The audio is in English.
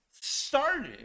started